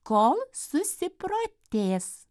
kol susiprotės